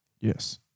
Yes